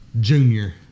Junior